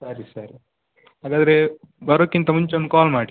ಸರಿ ಸರಿ ಹಾಗಾದರೆ ಬರೋಕ್ಕಿಂತ ಮುಂಚೆ ಒಂದು ಕಾಲ್ ಮಾಡಿ